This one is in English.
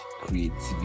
creativity